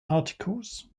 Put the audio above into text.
articles